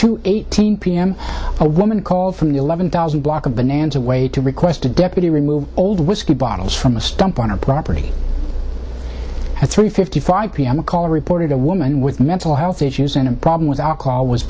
to eighteen p m a woman called from the eleven thousand block of bonanza way to request a deputy remove old whiskey bottles from a stump on her property at three fifty five pm a call reported a woman with mental health issues in a problem with alcohol was